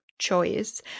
choice